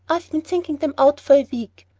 i've been thinking them out for a week.